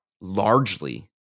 largely